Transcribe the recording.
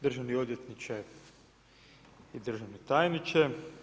Državni odvjetniče i državni tajniče.